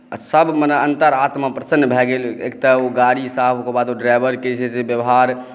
आ सभ मने अंतरआत्मा प्रसन्न भए गेल एकतऽ गाड़ी साफकेँ बात दोसर ड्राइवरकेँ व्यवहार